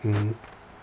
mmhmm